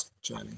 journey